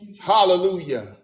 Hallelujah